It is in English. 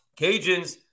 Cajuns